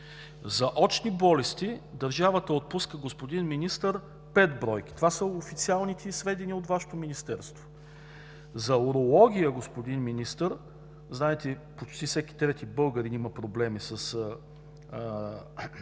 за очни болести държавата отпуска, господин Министър, пет бройки – това са официалните сведения от Вашето министерство; за урология, господин Министър – знаете почти всеки трети българин има проблеми